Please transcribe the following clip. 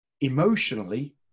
emotionally